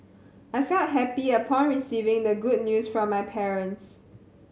I felt happy upon receiving the good news from my parents